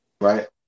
right